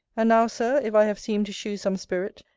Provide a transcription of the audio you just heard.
and now, sir, if i have seemed to shew some spirit,